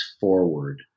forward